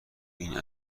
این